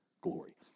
glory